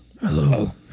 Hello